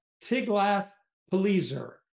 Tiglath-Pileser